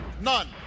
None